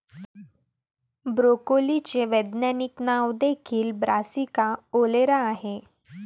ब्रोकोलीचे वैज्ञानिक नाव देखील ब्रासिका ओलेरा आहे